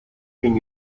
can